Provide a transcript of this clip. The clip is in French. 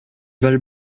val